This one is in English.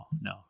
no